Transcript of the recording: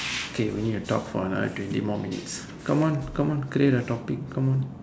K we need to talk for another twenty more minutes come on come on create a topic come on